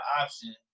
option